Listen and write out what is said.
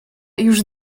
już